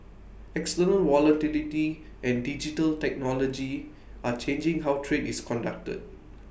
external volatility and digital technology are changing how trade is conducted